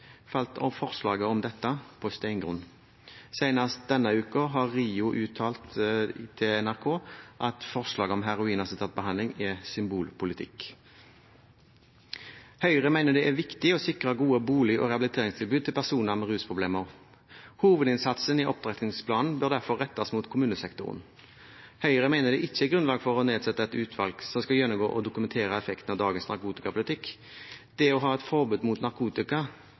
forslaget om dette på steingrunn. Senest denne uken har RIO uttalt til NRK at forslaget om heroinassistert behandling er symbolpolitikk. Høyre mener det er viktig å sikre gode bolig- og rehabiliteringstilbud til personer med rusproblemer. Hovedinnsatsen i opptrappingsplanen bør derfor rettes mot kommunesektoren. Høyre mener det ikke er grunnlag for å nedsette et utvalg som skal gjennomgå og dokumentere effekten av dagens narkotikapolitikk. Det å ha et forbud mot narkotika